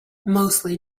mostly